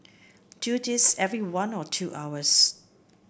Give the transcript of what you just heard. do this every one or two hours